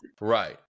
Right